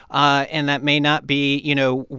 ah and that may not be you know,